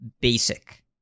basic